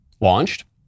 launched